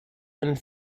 and